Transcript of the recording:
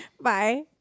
Bye